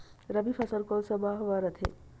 रबी फसल कोन सा माह म रथे?